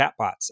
chatbots